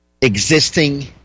existing